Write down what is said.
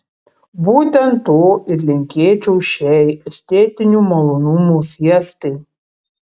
būtent to ir linkėčiau šiai estetinių malonumų fiestai